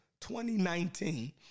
2019